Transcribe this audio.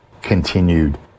continued